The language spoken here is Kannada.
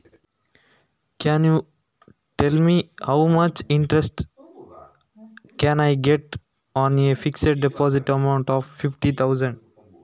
ಐವತ್ತು ಸಾವಿರ ಫಿಕ್ಸೆಡ್ ಡೆಪೋಸಿಟ್ ಅಮೌಂಟ್ ಗೆ ನಂಗೆ ಎಷ್ಟು ಇಂಟ್ರೆಸ್ಟ್ ಸಿಗ್ಬಹುದು ಅಂತ ಹೇಳ್ತೀರಾ?